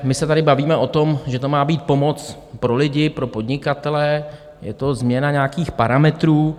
My se tady bavíme o tom, že to má být pomoc pro lidi, pro podnikatele, je to změna nějakých parametrů.